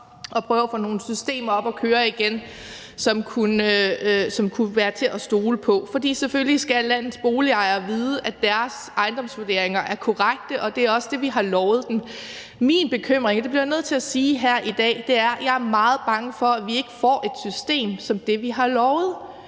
at prøve at få nogle systemer, som kunne være til at stole på, op at køre igen. For selvfølgelig skal landets boligejere vide, at deres ejendomsvurderinger er korrekte, og det er også det, vi har lovet dem. Min bekymring – det bliver jeg nødt til at sige her i dag at jeg er meget bange for – er, at vi ikke får et system som det, vi har lovet,